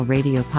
Radio